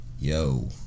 yo